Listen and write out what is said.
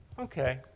Okay